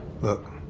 Look